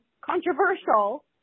controversial